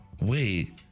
Wait